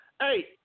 Hey